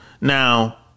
Now